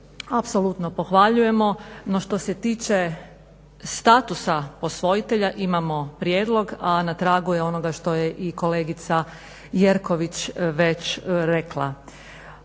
apsolutno pohvaljujemo. No što se tiče statusa posvojitelja imamo prijedlog, a na tragu je onoga što je i kolegica Jerković već rekla.